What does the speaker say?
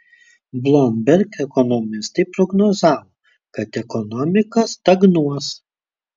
bloomberg ekonomistai prognozavo kad ekonomika stagnuos